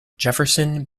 jefferson